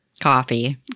Coffee